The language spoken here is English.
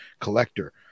collector